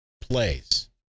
plays